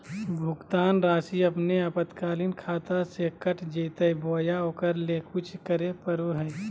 भुक्तान रासि अपने आपातकालीन खाता से कट जैतैय बोया ओकरा ले कुछ करे परो है?